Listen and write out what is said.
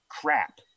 crap